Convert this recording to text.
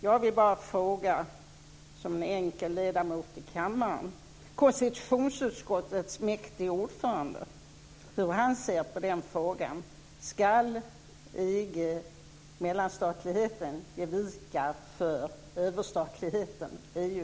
Jag vill, som en enkel ledamot i kammaren, fråga konstitutionsutskottets mäktige ordförande hur han ser på den frågan: Ska mellanstatligheten, EG, ge vika för överstatligheten, EU?